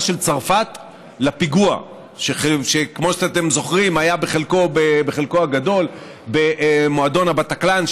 של צרפת על הפיגוע שכמו אתם זוכרים היה בחלקו הגדול במועדון בטקלאן,